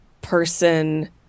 person